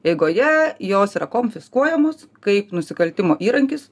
eigoje jos yra konfiskuojamos kaip nusikaltimo įrankis